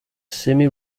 semi